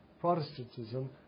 Protestantism